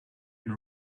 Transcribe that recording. been